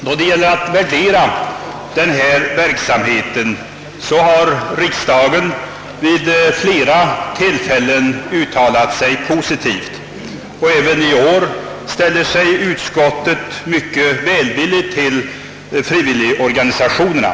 Då det gäller att värdera denna verksamhet har riksdagen vid flera tillfällen uttalat sig positivt. Även i år ställer sig utskottet mycket välvilligt till frivilligorganisationerna.